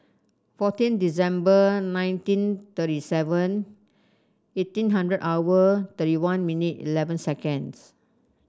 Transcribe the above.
fourteen December nineteen thirty seven eighteen hundred hour thirty one minute eleven seconds